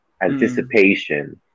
anticipation